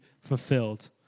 fulfilled